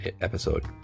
episode